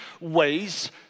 ways